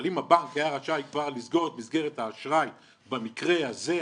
אבל אם הבנק היה רשאי כבר לסגור את מסגרת האשראי במקרה הזה,